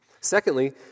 Secondly